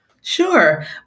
Sure